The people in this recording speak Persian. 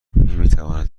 نمیتواند